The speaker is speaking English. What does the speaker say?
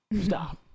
Stop